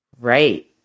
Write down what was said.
Right